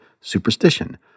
superstition